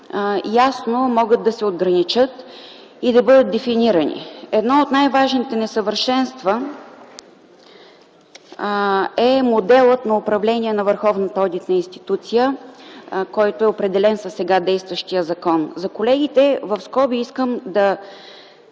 ясно могат да се отграничат и да бъдат дефинирани. Едно от най-важните несъвършенства е моделът на управление на върховната одитна институция, който е определен със сега действащия закон. За колегите в скоби искам да